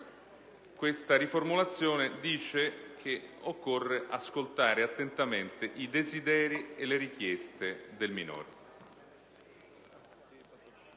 (testo 2) prevede che occorre ascoltare attentamente i desideri e le richieste del minore.